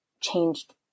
changed